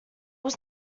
was